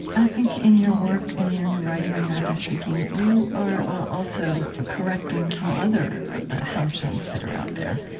i think in your work and in you know your writing, when you're out there speaking, you are also ah correcting some other assumptions that are out there.